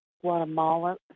Guatemala